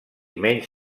menys